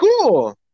cool